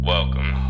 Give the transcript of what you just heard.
Welcome